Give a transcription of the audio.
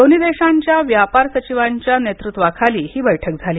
दोन्ही देशांच्या व्यापार सचिवांच्या नेतृत्वाखाली ही बैठक झाली